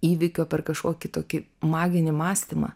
įvykio per kažkokį tokį maginį mąstymą